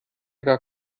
gar